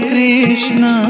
Krishna